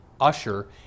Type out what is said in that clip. usher